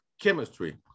chemistry